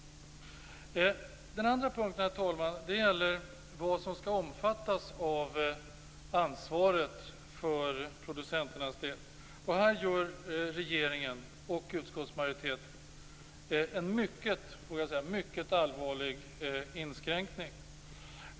Den andra punkten, herr talman, gäller vad som skall omfattas av producenternas ansvar. Här gör regeringen och utskottsmajoriteten en mycket allvarlig inskränkning.